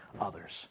others